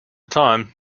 time